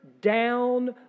down